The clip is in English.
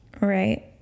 Right